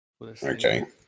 Okay